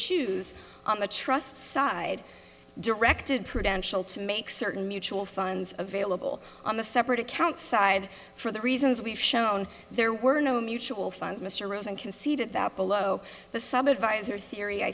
choose on the trust side directed prudential to make certain mutual funds available on the separate accounts side for the reasons we've shown there were no mutual funds mr rosen conceded that below the sub advisor theory i